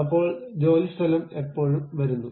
അപ്പോൾ ജോലിസ്ഥലം എപ്പോഴും വരുന്നു